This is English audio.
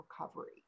recovery